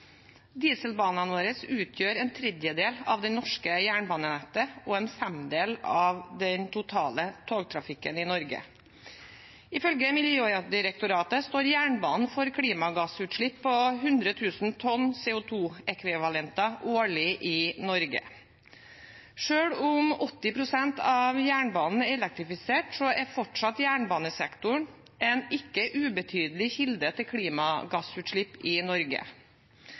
Dieselbanene våre utgjør en tredjedel av det norske jernbanenettet og en femdel av den totale togtrafikken i Norge. Ifølge Miljødirektoratet står jernbanen for klimagassutslipp på 100 000 tonn CO2-ekvivalenter årlig i Norge. Selv om 80 pst. av jernbanen er elektrifisert, er fortsatt jernbanesektoren en ikke ubetydelig kilde til klimagassutslipp i Norge.